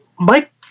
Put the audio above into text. Mike